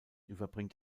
überbringt